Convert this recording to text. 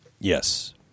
Yes